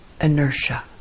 inertia